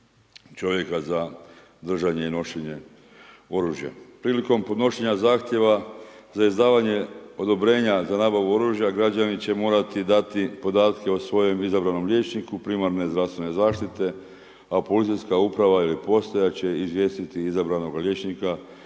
čovjeka za držanje i nošenje oružja. Prilikom podnošenja zahtjeva za izdavanje odobrenja za nabavu oružja građani će morati dati podatke o svojem izabranom liječniku primarne zdravstvene zaštite, a policijska uprava ili postaja će izvijestiti izabranoga liječnika